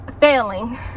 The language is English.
failing